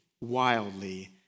wildly